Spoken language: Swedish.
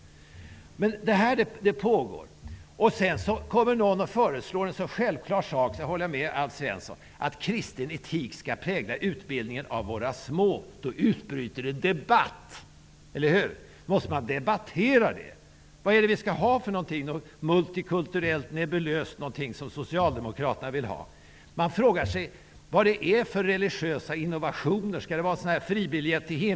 Men detta fortgår. Sedan kommer någon och föreslår en så självklar sak -- där håller jag med Alf Svensson -- som att kristen etik skall prägla utbildningen av våra små. Då utbryter en debatt. Eller hur? Måste man debattera detta? Vad är det för något vi skall ha? Är det något multikulturellt, nebulöst som Socialdemokraterna vill ha? Man frågar sig vad det är för religiösa innovationer. Skall det vara en fribiljett till himlen?